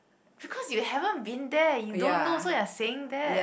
because you haven't been there you don't know so you are saying that